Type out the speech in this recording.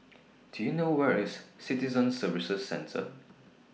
Do YOU know Where IS Citizen Services Centre